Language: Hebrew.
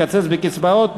מקצץ בקצבאות,